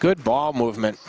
good ball movement